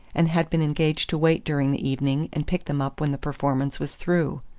and had been engaged to wait during the evening and pick them up when the performance was through.